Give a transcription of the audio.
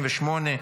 160),